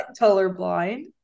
colorblind